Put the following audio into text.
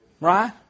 Right